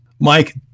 Mike